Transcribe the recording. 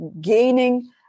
gaining